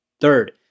Third